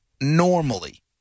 normally